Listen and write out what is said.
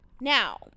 Now